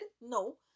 No